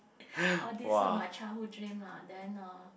all these are my childhood dream lah then uh